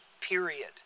period